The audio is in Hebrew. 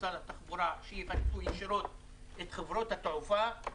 משרד התחבורה שיפצו ישירות את חברות התעופה,